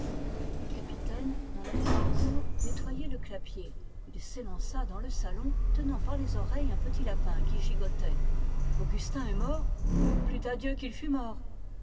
le capitaine dans la petite cour nettoyait le clapier il s'élança dans le salon tenant par les oreilles un petit lapin qui gigotait augustin est mort plût à dieu qu'il fût mort